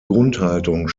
grundhaltung